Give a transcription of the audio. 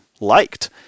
liked